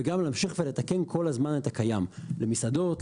וגם להמשיך ולתקן כל הזמן את הקיים למסעדות,